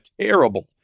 terrible